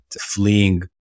fleeing